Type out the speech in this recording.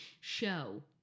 show